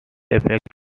effects